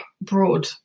broad